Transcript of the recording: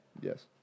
Yes